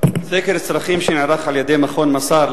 סקר צרכים שנערך על-ידי "מסאר",